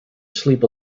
sleep